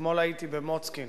אתמול הייתי במוצקין,